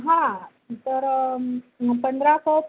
हां तर पंधरा कप